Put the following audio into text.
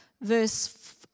verse